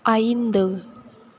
ஐந்து